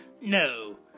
No